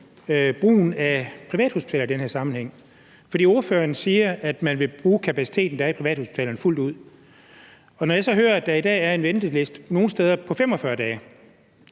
brugen af privathospitaler i den her sammenhæng. Ordføreren siger, at man vil bruge den kapacitet, der er på privathospitalerne, fuldt ud, og når jeg så hører, at der i dag er en venteliste nogle steder på 45 dage,